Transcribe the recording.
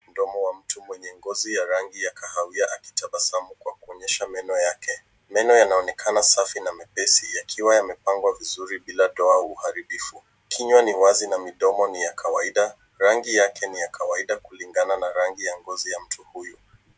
Mdomo wa mtu mwenye ngozi ya rangi ya kahawia akitabasamu kwa kuonyesha meno yake. Meno yanaonekana safi na mepesi, yakiwa yamepangwa vizuri bila ndoa uharibifu. Kinywa ni wazi na midomo ni ya kawaida, rangi yake ni ya kawaida kulingana na rangi ya ngozi ya mtu huyu.